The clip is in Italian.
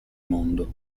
mondo